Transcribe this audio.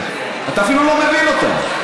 אתה אפילו לא מבין אותה.